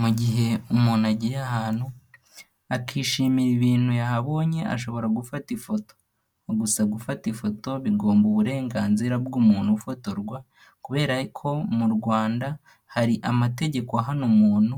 Mu gihe umuntu agiye ahantu, akishimira ibintu yahabonye, ashobora gufata ifoto gusa gufata ifoto bigomba uburenganzira bw'umuntu ufotorwa kubera ko mu Rwanda hari amategeko ahana umuntu